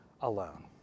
alone